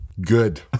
Good